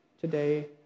today